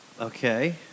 Okay